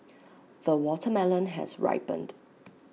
the watermelon has ripened